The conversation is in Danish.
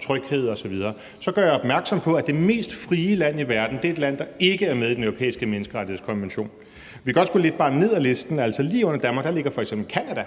tryghed osv. Så gør jeg opmærksom på, at det mest frie land i verden er et land, der ikke er med i Den Europæiske Menneskerettighedskonvention. Vi kan også bare gå lidt ned ad listen: Lige under Danmark ligger f.eks. Canada,